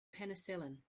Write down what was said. penicillin